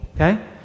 okay